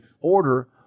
order